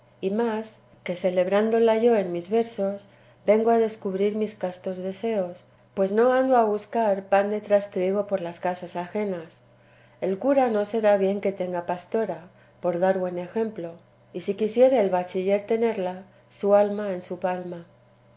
y más que celebrándola yo en mis versos vengo a descubrir mis castos deseos pues no ando a buscar pan de trastrigo por las casas ajenas el cura no será bien que tenga pastora por dar buen ejemplo y si quisiere el bachiller tenerla su alma en su palma